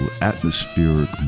atmospheric